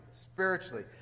spiritually